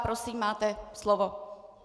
Prosím, máte slovo.